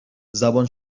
زبان